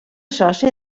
soci